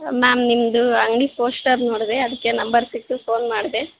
ma'am ನಿಮ್ಮದು ಅಂಗಡಿ poster ನೋಡಿದೆ ಅದಕ್ಕೆ ನಂಬರ್ ಸಿಕ್ಕಿತು ಫೋನ್ ಮಾಡಿದೆ